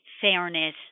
fairness